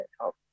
help